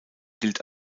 gilt